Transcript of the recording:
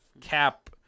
Cap